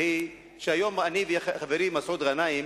היום אני וחברי מסעוד גנאים